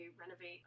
renovate